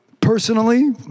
Personally